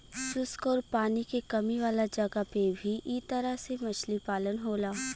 शुष्क आउर पानी के कमी वाला जगह पे भी इ तरह से मछली पालन होला